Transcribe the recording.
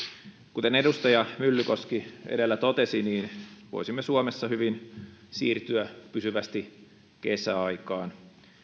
kuten edustaja myllykoski edellä totesi voisimme suomessa hyvin siirtyä pysyvästi kesäaikaan